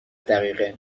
دقیقه